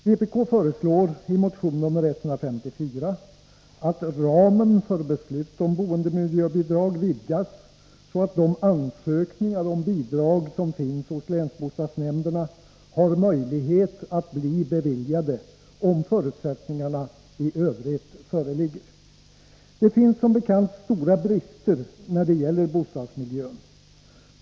Vpk föreslår i motion nr 154 att ramen för beslut om boendemiljöbidrag vidgas, så att de ansökningar om bidrag som finns hos länsbostadsnämnderna har möjlighet att beviljas, om förutsättningar i övrigt föreligger. Det finns som bekant stora brister när det gäller bostadsmiljön.